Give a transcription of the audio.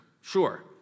Sure